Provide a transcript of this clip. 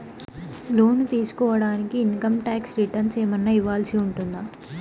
లోను తీసుకోడానికి income tax returns ఏమన్నా ఇవ్వాల్సి ఉంటుందా